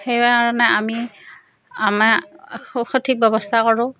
সেইকাৰণে আমি আমাৰ সঠিক ব্যৱস্থা কৰোঁ